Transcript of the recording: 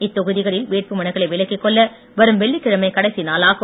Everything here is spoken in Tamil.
இத்தொகுதிகளில் வேட்புமனுக்களை விலக்கிக் கொள்ள வரும் வெள்ளிக்கிழமை கடைசி நாளாகும்